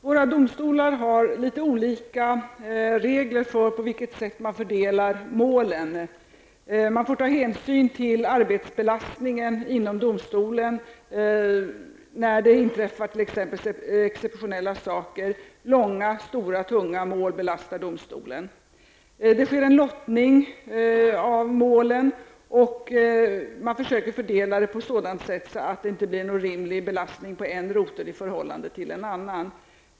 Herr talman! Våra domstolar har litet olika regler för på vilket sätt målen fördelas. Man får ta hänsyn till arbetsbelastningen inom domstolen, t.ex. när excepionella saker inträffar och om långa, tunga mål belastar domstolen. Det sker en lottning av målen, och man försöker fördela dem på ett sådant sätt att det inte blir en orimlig belastning på en rotel i förhållande till en annan.